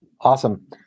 Awesome